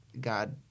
God